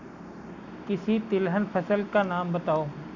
किसी तिलहन फसल का नाम बताओ